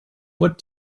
what